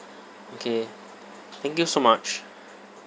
okay thank you so much